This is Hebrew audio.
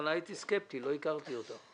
בהתחלה הייתי סקפטי, לא הכרתי אותך,